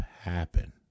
happen